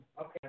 okay